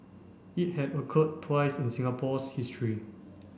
it had occurred twice in Singapore's history